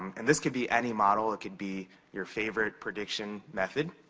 and this can be any model. it could be your favorite prediction method.